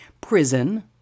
Prison